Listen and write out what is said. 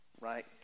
right